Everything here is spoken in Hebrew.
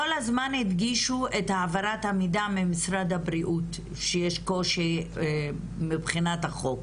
כל הזמן הדגישו את העברת המידע ממשרד הבריאות שיש קושי מבחינת החוק,